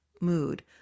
mood